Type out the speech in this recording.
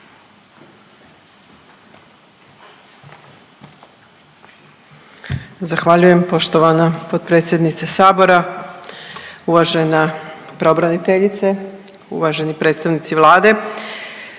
Zahvaljujem poštovana potpredsjednice sabora. Uvažena pravobraniteljice, uvaženi predstavnici Vlade.